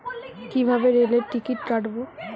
কিভাবে রেলের টিকিট কাটব?